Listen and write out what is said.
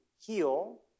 heal